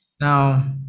Now